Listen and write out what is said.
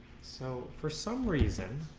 so for some reason